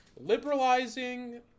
liberalizing